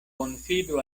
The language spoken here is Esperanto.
konfidu